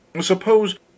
Suppose